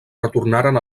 retornaren